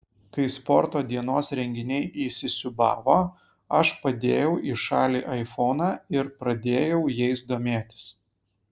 kai sporto dienos renginiai įsisiūbavo aš padėjau į šalį aifoną ir pradėjau jais domėtis